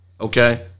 Okay